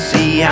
See